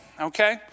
okay